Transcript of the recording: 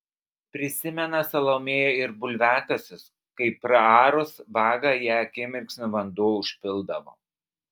prisimena salomėja ir bulviakasius kai praarus vagą ją akimirksniu vanduo užpildavo